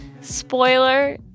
Spoiler